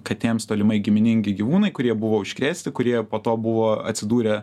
katėms tolimai giminingi gyvūnai kurie buvo užkrėsti kurie po to buvo atsidūrę